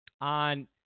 on